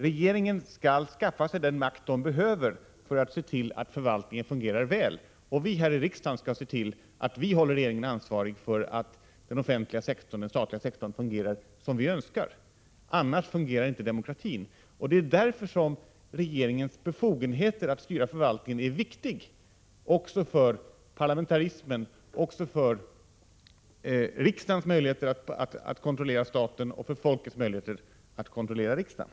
Regeringen skall skaffa den makt den behöver för att se till att förvaltningen fungerar väl, och vi här i riksdagen skall hålla regeringen ansvarig för att den statliga sektorn fungerar som vi önskar. Annars fungerar inte demokratin, och det är därför regeringens befogenheter att styra förvaltningen är viktiga också för parlamentarismen, för riksdagens möjligheter att kontrollera staten och för folkets möjligheter att kontrollera riksdagen.